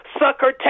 sucker